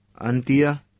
Antia